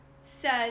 says